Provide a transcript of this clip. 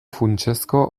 funtsezko